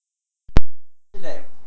okay okay actually like